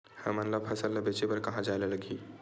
हमन ला फसल ला बेचे बर कहां जाये ला लगही?